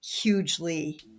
Hugely